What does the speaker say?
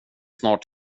snart